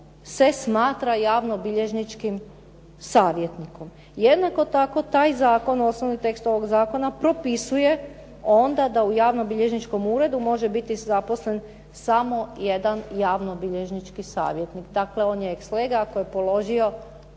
se smatra javnobilježničkim savjetnikom. Jednako tako taj zakon, osnovni tekst ovog zakona propisuje onda da u javnobilježničkom uredu može biti zaposlen samo jedan javnobilježnički savjetnik. Dakle, on ex lege ako je položio